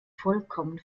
vollkommen